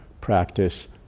practice